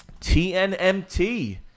TNMT